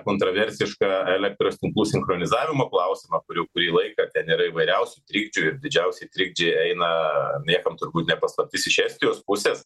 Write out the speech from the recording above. kontroversiška elektros tinklų sinchronizavimo klausimą kur jau kurį laiką ten yra įvairiausių trikdžių ir didžiausi trikdžiai eina niekam turbūt ne paslaptis iš estijos pusės